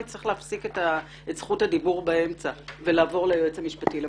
אני אצטרך להפסיק את זכות הדיבור באמצע ולעבור ליועץ המשפטי לממשלה.